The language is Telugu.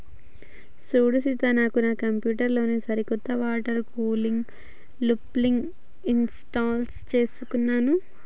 సూడు సీత నాను నా కంప్యూటర్ లో సరికొత్త వాటర్ కూలింగ్ లూప్ని ఇంస్టాల్ చేసుకున్నాను